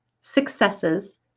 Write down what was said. successes